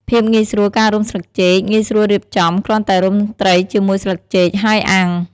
ភាពងាយស្រួលការរុំស្លឹកចេកងាយស្រួលរៀបចំ គ្រាន់តែរុំត្រីជាមួយស្លឹកចេកហើយអាំង។